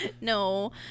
No